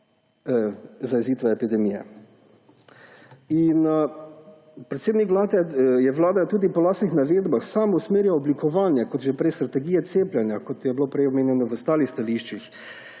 zajezitve epidemije. Predsednik vlade je tudi po lastnih navedbah sam usmerjal oblikovanje strategije cepljenja, kot je bilo prej omenjeno v ostalih stališčih.